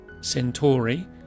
Centauri